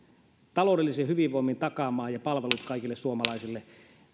taloudellisen hyvinvoinnin ja palvelut takaamaan kaikille suomalaisille